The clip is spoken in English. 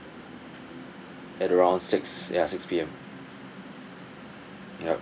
at around six ya six P_M yup